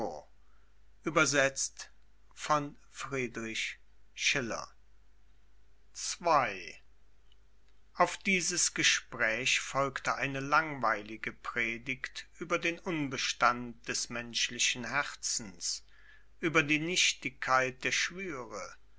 auf dieses gespräch folgte eine langweilige predigt über den unbestand des menschlichen herzens über die nichtigkeit der schwüre